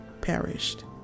perished